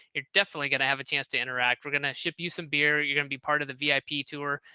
you're definitely going to have a chance to interact. we're going to ship you some beer. you're going to be part of the vip tour.